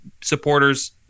supporters